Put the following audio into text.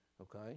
okay